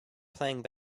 playing